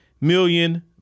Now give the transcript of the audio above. million